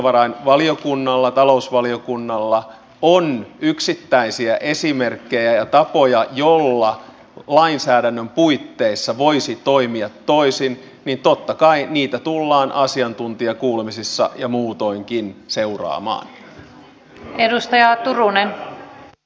jos valtiovarainvaliokunnalla tai talousvaliokunnalla on yksittäisiä esimerkkejä ja tapoja joilla lainsäädännön puitteissa voisi toimia toisin niin totta kai niitä tullaan asiantuntijakuulemisissa ja muutoinkin seuraamaan